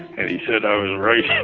and he said i was right.